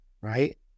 right